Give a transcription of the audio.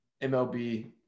MLB